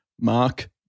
Mark